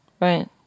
right